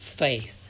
Faith